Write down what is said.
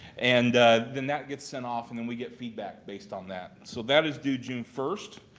and then that gets sent off and then we get feedback based on that. so that is due june first.